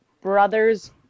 brother's